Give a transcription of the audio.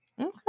okay